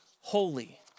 holy